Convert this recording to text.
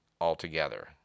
altogether